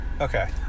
Okay